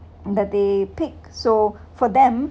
that they pick so for them